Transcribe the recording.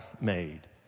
made